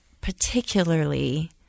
particularly